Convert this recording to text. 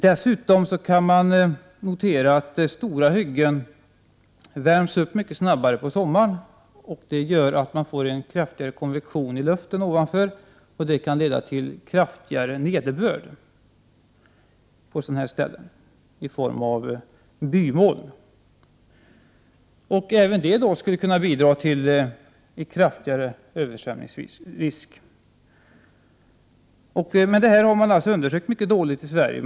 Dessutom kan man notera att stora hyggen på sommaren värms upp mycket snabbare än den tidigare skogen. Det gör att man får en kraftigare konvektion i luften ovanför, och det kan leda till kraftigare nederbörd på sådana ställen från bymoln. Även det skulle kunna bidra till en större översvämningsrisk. Det här har man alltså undersökt mycket dåligt i Sverige.